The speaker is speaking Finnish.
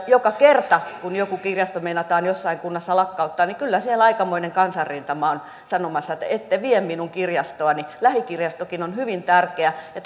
joka kerta kun joku kirjasto meinataan jossain kunnassa lakkauttaa kyllä siellä aikamoinen kansanrintama on sanomassa että ette vie minun kirjastoani lähikirjastokin on hyvin tärkeä ja